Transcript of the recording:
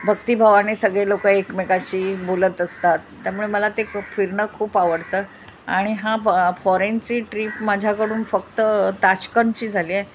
भक्तिभावाने सगळे लोकं एकमेकाशी बोलत असतात त्यामुळे मला ते फिरनं खूप आवडतं आणि हा फॉरेनची ट्रीप माझ्याकडून फक्त ताजकनची झालीय